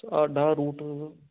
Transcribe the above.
ਸਾਡਾ ਰੂਟ